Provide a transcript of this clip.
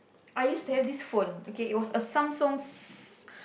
I used to have this phone okay it was a Samsung